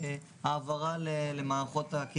לפי העניין: אם ההיקף המוצע של שירותי הבריאות